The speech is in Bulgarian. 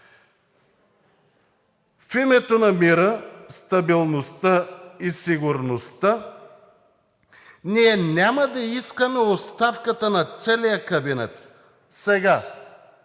В името на мира, стабилността и сигурността ние няма да искаме оставката на целия кабинет сега,